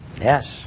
Yes